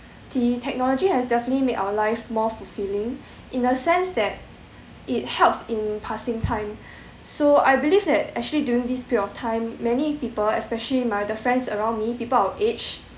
the technology has definitely made our life more fulfilling in the sense that it helps in passing time so I believe that actually during this period of time many people especially my the friends around me people our age